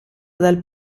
dal